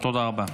תודה רבה.